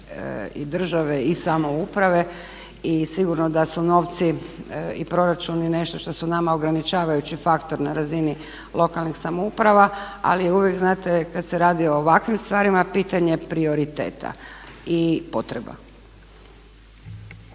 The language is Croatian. i države i samouprave. I sigurno da su novci i proračuni nešto što su nama ograničavajući faktor na razini lokalnih samouprava. Ali uvijek znate kad se radi o ovakvim stvarima pitanje je prioriteta i potreba.